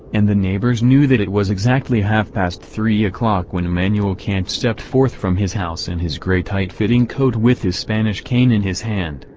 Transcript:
and the neighbors knew that it was exactly half-past three o'clock when immanuel kant stepped forth from his house in his grey tight-fitting coat with his spanish cane in his hand,